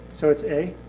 so it is a?